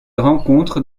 rencontre